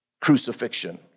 crucifixion